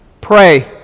Pray